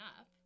up